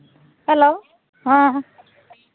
hello ᱦᱮᱸ